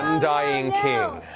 undying king.